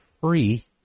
free